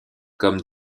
comme